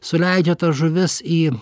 suleidžia tas žuvis į